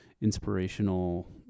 inspirational